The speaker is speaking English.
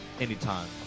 anytime